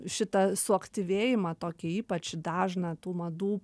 šitą suaktyvėjimą tokį ypač dažną tų madų